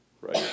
right